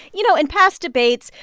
you know, in past debates,